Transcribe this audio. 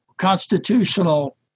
constitutional